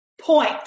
point